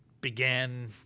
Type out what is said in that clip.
began